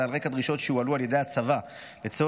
ועל רקע דרישות שהועלו על ידי הצבא לצורך